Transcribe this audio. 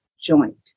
joint